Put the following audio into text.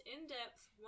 in-depth